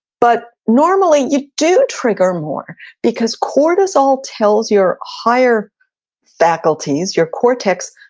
but normally, you do trigger more because cortisol tells your higher faculties, your cortex,